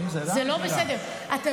אם זה רע, זה רע.